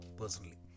personally